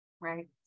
right